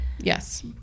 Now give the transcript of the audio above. yes